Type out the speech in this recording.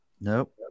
Nope